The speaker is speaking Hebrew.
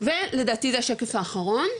ולדעתי זה השקף האחרון,